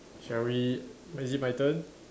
shall we is it my turn